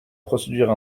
procédure